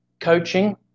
Coaching